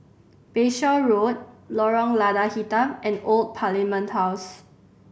Bayshore Road Lorong Lada Hitam and Old Parliament House